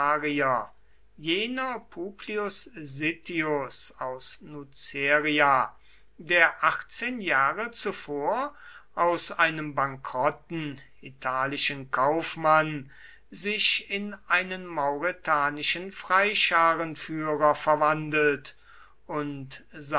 publius sittius aus nuceria der achtzehn jahre zuvor aus einem bankrotten italischen kaufmann sich in einen mauretanischen freischarenführer verwandelt und